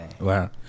Wow